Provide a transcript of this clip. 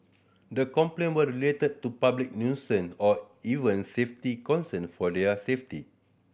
the complaint were related to public nuisance or even safety concern for their safety